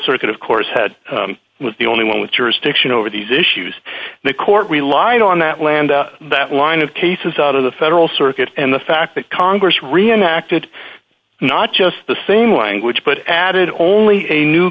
circuit of course had was the only one with jurisdiction over these issues the court relied on that land that line of cases out of the federal circuit and the fact that congress reenacted not just the same language but added only a new